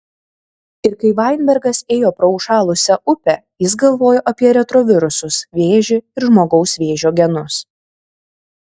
ir kai vainbergas ėjo pro užšalusią upę jis galvojo apie retrovirusus vėžį ir žmogaus vėžio genus